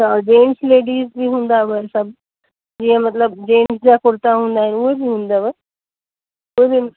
त gents ladies में बि हूंदव सभु जीअं मतिलबु जेंट्स जा कुर्ता हूंदा आहिनि उहे बि हूंदव उहे बि